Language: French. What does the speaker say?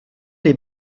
les